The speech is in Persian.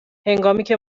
هنگامیکه